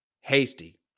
Hasty